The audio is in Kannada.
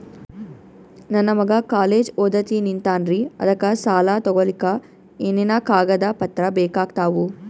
ನನ್ನ ಮಗ ಕಾಲೇಜ್ ಓದತಿನಿಂತಾನ್ರಿ ಅದಕ ಸಾಲಾ ತೊಗೊಲಿಕ ಎನೆನ ಕಾಗದ ಪತ್ರ ಬೇಕಾಗ್ತಾವು?